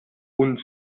und